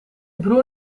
broer